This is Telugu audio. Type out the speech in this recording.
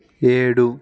ఏడు